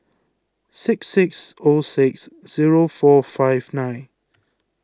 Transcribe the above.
six six O six zero four five nine